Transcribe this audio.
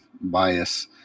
bias